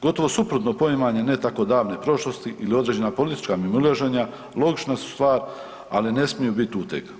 Gotovo suprotno poimanje ne tako davne prošlosti ili određena politička mimoilaženja logična su stvar, ali ne smiju bit uteg.